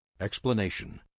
Explanation